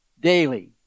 Daily